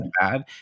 bad